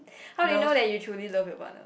how did you know that you truly love you partner